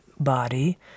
body